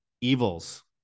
evils